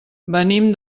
venim